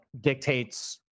dictates